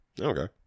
Okay